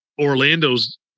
Orlando's